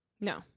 no